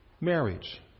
marriage